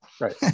Right